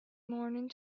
morning